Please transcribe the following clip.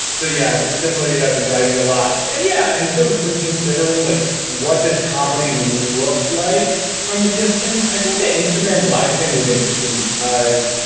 so, yeah, similarly, i've been writing a lot. and yeah. and sort of reconsidering like, what does comedy look like from a distance? i think the instagram life thing was interesting because.